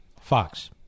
Fox